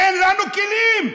אין לנו כלים.